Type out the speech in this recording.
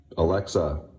Alexa